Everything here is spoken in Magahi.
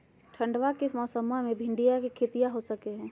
ठंडबा के मौसमा मे भिंडया के खेतीया हो सकये है?